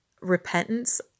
repentance